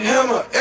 Hammer